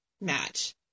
match